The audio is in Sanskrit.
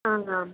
आम् आम्